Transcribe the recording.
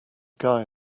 guy